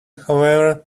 however